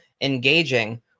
engaging